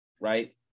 right